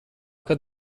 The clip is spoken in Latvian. kad